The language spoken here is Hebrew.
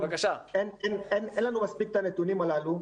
אין לנו מספיק את הנתונים הללו,